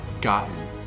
gotten